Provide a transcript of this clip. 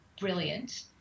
brilliant